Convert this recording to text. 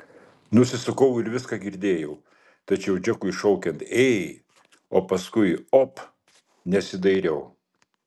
nusisukau ir viską girdėjau tačiau džekui šaukiant ei o paskui op nesidairiau